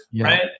right